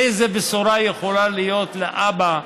איזו בשורה יכולה להיות לאבא,